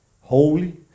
holy